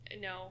No